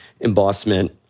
embossment